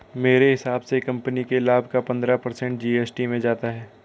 मेरे हिसाब से कंपनी के लाभ का पंद्रह पर्सेंट जी.एस.टी में जाता है